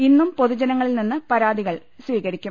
ഇന്നും പൊതുജനങ്ങളിൽ നിന്ന് പരാതികൾ സ്വീകരി ക്കും